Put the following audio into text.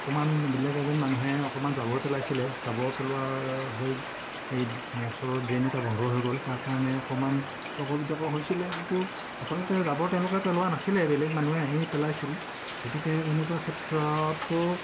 অকণমান বেলেগ এজন মানুহে অকণমান জাবৰ পেলাইছিলে জাবৰ পেলোৱাৰ হৈ এই ওচৰৰ ড্ৰেইন এটা বন্ধ হৈ গ'ল তাৰ কাৰণে অকণমান তৰ্ক বিতৰ্ক হৈছিলে কিন্তু আচলতে জাবৰ তেওঁলোকে পেলোৱা নাছিলে বেলেগ মানুহে আহি পেলাইছিল গতিকে তেনেকুৱা ক্ষেত্ৰতো